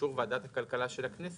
באישור ועדת הכלכלה של הכנסת,